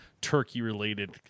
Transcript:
turkey-related